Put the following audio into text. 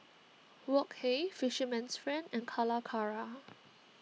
Wok Hey Fisherman's Friend and Calacara